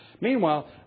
Meanwhile